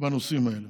בנושאים האלה.